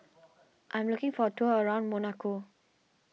I'm looking for a tour around Monaco